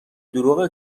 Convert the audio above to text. دروغ